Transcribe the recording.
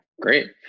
great